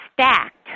stacked